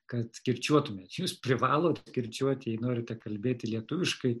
kad kirčiuotumėt jūs privalot kirčiuoti jei norite kalbėti lietuviškai